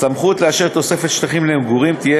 הסמכות לאשר תוספת שטחים למגורים תהיה